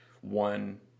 one